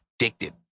addicted